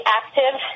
active